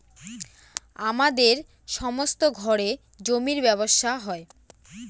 আমাদের সমস্ত ঘরে জমির ব্যবসা হয়